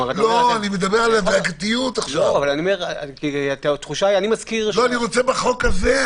אני מדבר על --- התחושה היא אני מזכיר --- אני רוצה בחוק הזה.